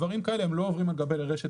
דברים כאלה הם לא עוברים על גבי רשת